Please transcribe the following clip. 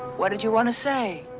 what did you wanna say?